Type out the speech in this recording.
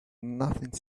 nothing